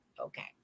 Okay